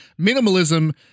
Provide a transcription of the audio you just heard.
minimalism